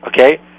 Okay